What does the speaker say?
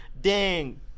Ding